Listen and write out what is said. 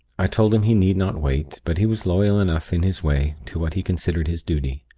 i told him he need not wait but he was loyal enough in his way to what he considered his duty.